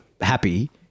happy